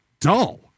dull